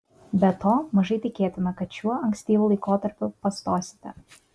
be to mažai tikėtina kad šiuo ankstyvu laikotarpiu pastosite